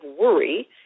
worry